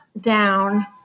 down